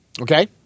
Okay